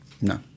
No